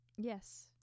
Yes